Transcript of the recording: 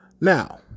Now